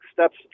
steps